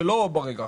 לא ברגע האחרון.